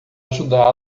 ajudá